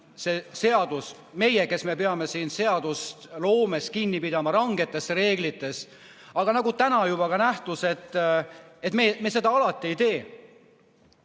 Ma tahan öelda, et me peame seadusloomes kinni pidama rangetest reeglitest, aga nagu täna juba ka nähtus, me seda alati ei tee.